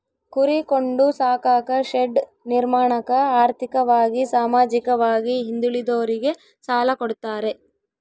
ಕುರಿ ಕೊಂಡು ಸಾಕಾಕ ಶೆಡ್ ನಿರ್ಮಾಣಕ ಆರ್ಥಿಕವಾಗಿ ಸಾಮಾಜಿಕವಾಗಿ ಹಿಂದುಳಿದೋರಿಗೆ ಸಾಲ ಕೊಡ್ತಾರೆ